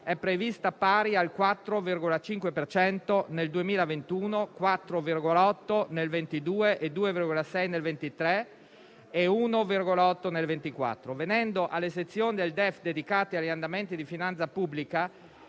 è prevista pari al 4,5 per cento nel 2021, 4,8 nel 2022, 2,6 nel 2023 e 1,8 nel 2024. Venendo alle sezioni del DEF dedicate agli andamenti di finanza pubblica,